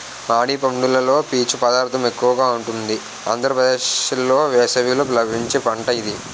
మామిడి పండులో పీచు పదార్థం ఎక్కువగా ఉంటుంది ఆంధ్రప్రదేశ్లో వేసవిలో లభించే పంట ఇది